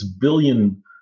billion